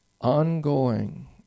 ongoing